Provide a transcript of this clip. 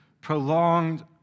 prolonged